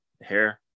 hair